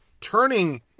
turning